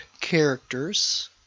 characters